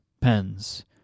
pens